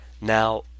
now